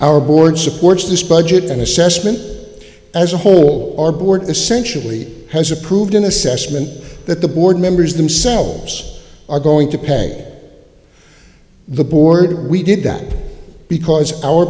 our board supports this budget and assessment that as a whole our board essentially has approved an assessment that the board members themselves are going to pay the board we did that because our